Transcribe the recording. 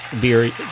beer